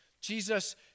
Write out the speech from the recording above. Jesus